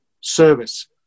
service